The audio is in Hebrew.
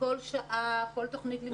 כל שעה, כל תוכנית לימודים, כל מורה.